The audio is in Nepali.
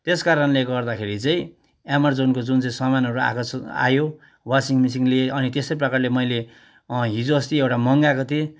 त्यसकारणले गर्दाखेरि चाहिँ एमाजोनको जुन चाहिँ सामानहरू आएको छ आयो वासिङ मिसिनले अनि त्यस्तै प्रकारले मैले हिजो अस्ति एउटा मगाएको थिएँ